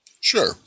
Sure